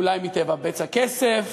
אולי מטבע בצע כסף,